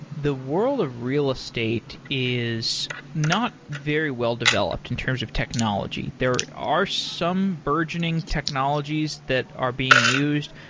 the world of real estate is not very well developed in terms of technology. there are some burgeoning technologies that are being used,